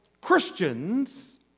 Christians